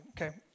okay